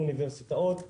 אוניברסיטאות ועוד.